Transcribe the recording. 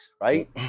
right